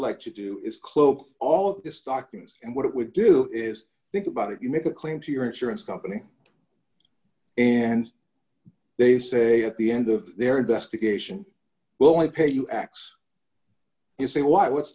like to do is cloak all of the stockings and what it would do is think about if you make a claim to your insurance company and they say at the end of their investigation well i pay you x you say why what's